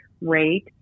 rate